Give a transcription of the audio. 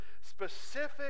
specific